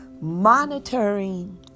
Monitoring